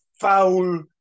foul